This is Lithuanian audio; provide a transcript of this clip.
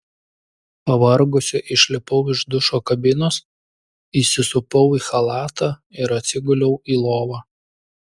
pavargusi išlipau iš dušo kabinos įsisupau į chalatą ir atsiguliau į lovą